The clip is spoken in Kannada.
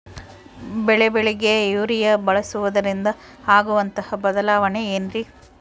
ಬೆಳೆಗಳಿಗೆ ಯೂರಿಯಾ ಬಳಸುವುದರಿಂದ ಆಗುವಂತಹ ಬದಲಾವಣೆ ಏನ್ರಿ?